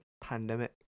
pandemic